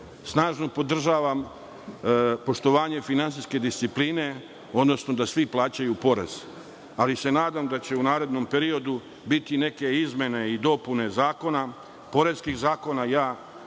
snažno podržavam poštovanje finansijske discipline, odnosno da svi plaćaju porez, ali se nadam da će u narednom periodu biti neke izmene i dopune poreskih zakona.